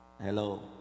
Hello